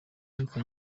y’uko